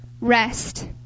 rest